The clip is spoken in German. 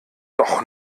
doch